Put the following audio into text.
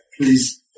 please